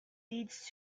leads